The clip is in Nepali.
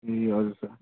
ए हजुर सर